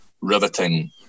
riveting